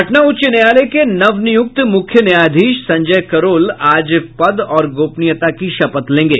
पटना उच्च न्यायालय के नव नियूक्त मुख्य न्यायाधीश संजय करोल आज पद और गोपनीयता की शपथ लेंगे